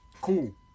Cool